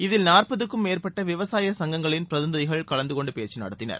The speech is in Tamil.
இதில் நாற்பதுக்கும் மேற்பட்ட விவசாய சங்கங்களின் பிரதிநிதிகள் கலந்து கொண்டு பேச்சு நடத்தினர்